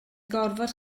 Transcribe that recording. gorfod